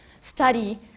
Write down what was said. study